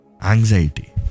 Anxiety